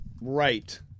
Right